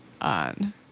on